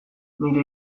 nire